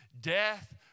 Death